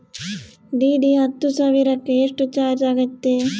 DD ಹತ್ತು ಸಾವಿರಕ್ಕೆ ಎಷ್ಟು ಚಾಜ್೯ ಆಗತ್ತೆ?